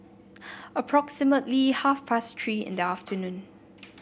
approximately half past Three in the afternoon